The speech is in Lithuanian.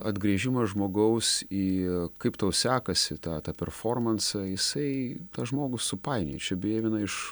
atgręžimas žmogaus į kaip tau sekasi tą tą performansą jisai tą žmogų supainioja čia beje viena iš